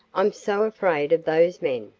i'm so afraid of those men.